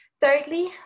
Thirdly